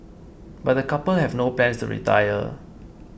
but the couple have no plans to retire